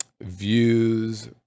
views